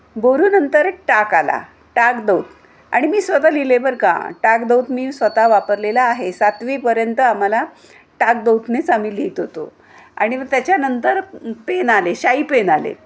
बोरू नंतर टाक आला टाक दौत आणि मी स्वत लिहिले बरं का टाक दौत मी स्वत वापरलेला आहे सातवीपर्यंत आम्हाला टाक दौतनेच आम्ही लिहित होतो आणि मग त्याच्यानंतर पेन आले शाई पेन आले